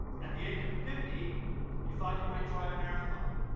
at the age of fifty you thought you might try a marathon,